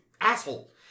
asshole